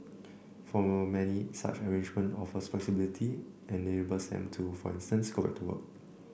for many such an arrangement offers flexibility and enables them to for instance go back to work